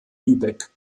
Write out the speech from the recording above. lübeck